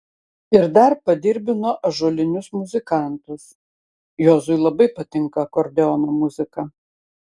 ir dar padirbino ąžuolinius muzikantus juozui labai patinka akordeono muzika